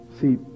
See